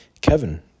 Kevin